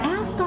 Ask